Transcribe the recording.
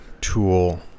tool